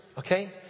Okay